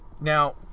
Now